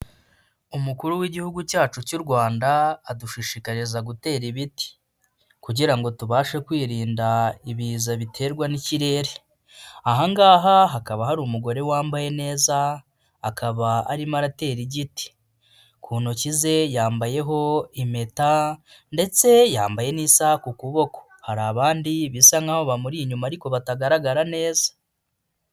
Umukuru w'Igihugu cyacu cy'u Rwanda adushishikariza gutera ibiti kugira ngo tubashe kwirinda ibiza biterwa n'ikirere, aha ngaha hakaba hari umugore wambaye neza akaba arimo aratera igiti, ku ntoki ze yambayeho impeta ndetse yambaye n'isaha ku kuboko, hari abandi bisa nk'aho bamuri inyuma ariko batagaragara neza.